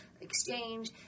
exchange